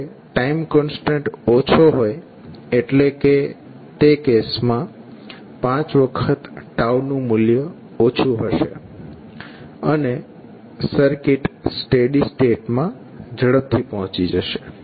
જ્યારે time constant ઓછો હોય અટલે કે તે કેસ મા 5 વખતનું મૂલ્ય ઓછું હશે અને સર્કિટ સ્ટેડી સ્ટેટમાં ઝડપથી પહોંચી જશે